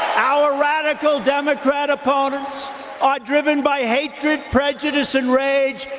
our radical democrat opponents are driven by hatred, prejudice and rage.